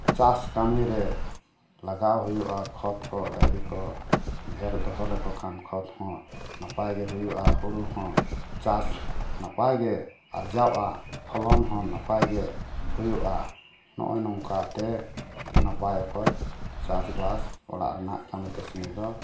ᱪᱟᱥ ᱠᱟᱹᱢᱤ ᱨᱮ ᱞᱟᱜᱟᱣ ᱦᱩᱭᱩᱜᱼᱟ ᱠᱷᱚᱛ ᱠᱚ ᱰᱟᱝᱨᱤ ᱠᱚ ᱰᱷᱮᱨ ᱫᱚᱦᱚᱞᱮᱠᱚ ᱠᱷᱟᱱ ᱠᱷᱚᱛ ᱦᱚᱸ ᱱᱟᱯᱟᱭ ᱜᱮ ᱦᱩᱭᱩᱜᱼᱟ ᱦᱩᱲᱩ ᱦᱚᱸ ᱪᱟᱥ ᱱᱟᱯᱟᱭ ᱜᱮ ᱟᱨᱡᱟᱣᱟᱜᱼᱟ ᱯᱷᱚᱞᱚᱱ ᱦᱚᱸ ᱱᱟᱯᱟᱭ ᱜᱮ ᱦᱩᱭᱩᱜᱼᱟ ᱱᱚᱜᱼᱚᱭ ᱱᱚᱝᱠᱟ ᱛᱮ ᱱᱟᱯᱟᱭ ᱚᱠᱚᱡ ᱪᱟᱥ ᱵᱟᱥ ᱚᱲᱟᱜ ᱨᱮᱱᱟᱜ ᱠᱟᱹᱢᱤ ᱠᱟᱹᱥᱱᱤᱫᱚ